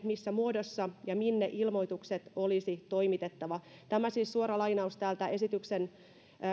missä muodossa ja minne ilmoitukset olisi toimitettava tämä siis suora lainaus täältä esityksen